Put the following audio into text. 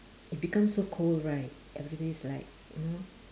it becomes so cold right everyday's like you know